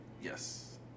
Yes